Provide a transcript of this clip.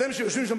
אתם שיושבים שם,